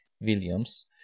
Williams